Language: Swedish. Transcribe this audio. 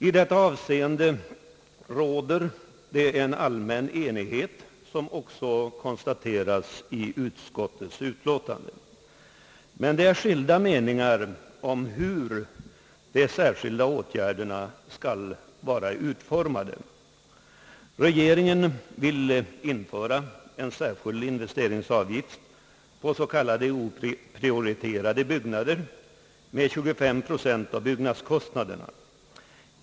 I detta avseende råder det en allmän enighet, något som också konstateras i utskottets utlåtande. Det råder dock skilda meningar om hur de särskilda åtgärderna skall vara utformade. Regeringen vill införa en särskild investeringsavgift på s.k. oprioriterade byggnader med 23 procent på byggnadskostnaderna.